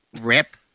Rip